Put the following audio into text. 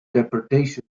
deportation